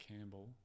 Campbell